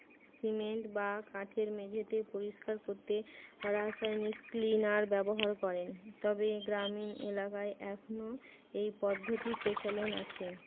cement বা কাঠের মেঝেতে পরিষ্কার করতে রাসায়নিক ক্লিনার ব্যবহার করেন তবে গ্রামীণ এলাকায় এখনও এই পদ্ধতির প্রচলন আছে